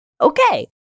Okay